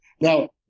Now